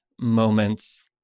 moments